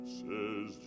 says